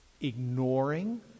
ignoring